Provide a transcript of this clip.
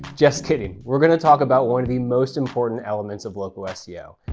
just kidding. we're going to talk about one of the most important elements of local ah seo,